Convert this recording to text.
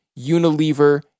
Unilever